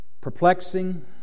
perplexing